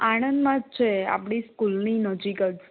આણંદમાં જ છે આપણી સ્કૂલની નજીક જ